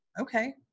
Okay